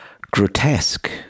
grotesque